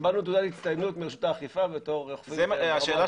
קיבלנו תעודת הצטיינות מרשות האכיפה בתור אוכפים --- השאלה